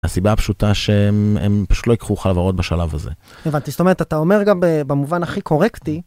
הסיבה הפשוטה שהם פשוט לא יקחו לך חברות בשלב הזה הבנתי זאת אומרת אתה אומר גם במובן הכי קורקטי.